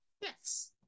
Yes